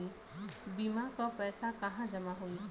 बीमा क पैसा कहाँ जमा होई?